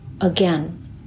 Again